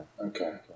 okay